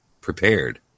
prepared